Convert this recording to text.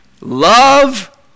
love